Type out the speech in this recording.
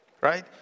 right